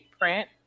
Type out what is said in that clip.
print